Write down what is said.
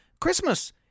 Christmas